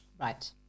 right